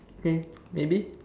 okay maybe